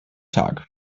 tag